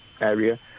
area